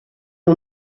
era